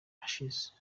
ashes